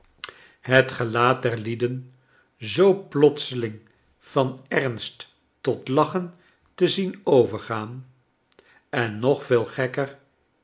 het gelaat der lieden zoo plotseling van ernst tot lachen te zien overgaan en nog veel gekker